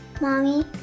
mommy